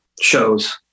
shows